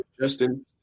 Justin